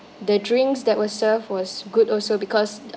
the drinks that were served was good also because